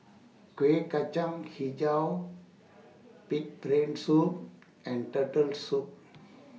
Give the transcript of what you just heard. Kueh Kacang Hijau Pig'S Brain Soup and Turtle Soup